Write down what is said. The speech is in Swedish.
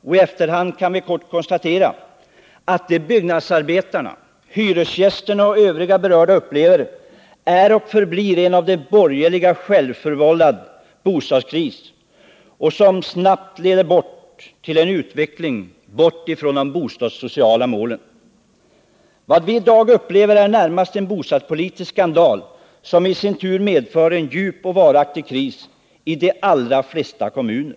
I efterhand kan vi kort konstatera att det byggnadsarbetarna, hyresgästerna och övriga berörda upplever är och förblir en av de borgerliga självförvållad bostadskris, som snabbt leder till en utveckling bort från de bostadssociala målen. Vad vi i dag upplever är närmast en bostadspolitisk skandal, som i sin tur medför en djup och varaktig kris i de allra flesta kommuner.